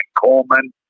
Coleman